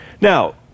Now